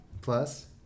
Plus